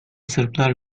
sırplar